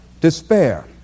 despair